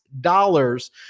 dollars